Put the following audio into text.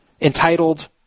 entitled